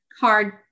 card